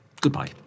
Goodbye